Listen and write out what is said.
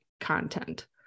content